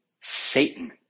Satan